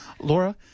Laura